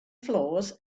floors